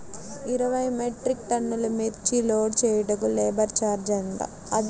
ఇరవై మెట్రిక్ టన్నులు మిర్చి లోడ్ చేయుటకు లేబర్ ఛార్జ్ ఎంత?